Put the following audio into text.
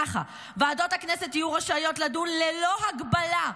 ככה: ועדות הכנסת יהיו רשאיות לדון ללא הגבלה,